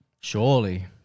Surely